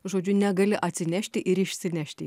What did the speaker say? žodžiu negali atsinešti ir išsinešti